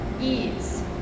ease